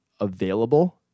available